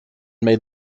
made